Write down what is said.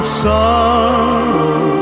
sorrow